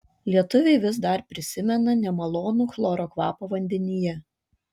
lietuviai vis dar prisimena nemalonų chloro kvapą vandenyje